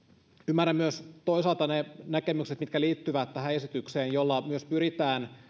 ymmärrän myös toisaalta ne näkemykset mitkä liittyvät tähän esitykseen joissa myös pyritään